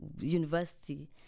university